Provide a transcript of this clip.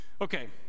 Okay